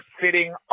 sitting